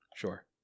Sure